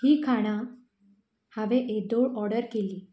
ही खाणां हांवें येदोळ ओर्डर केल्ली